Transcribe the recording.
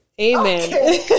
Amen